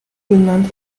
genannt